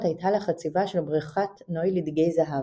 הייתה לחציבה של בריכת נוי לדגי זהב.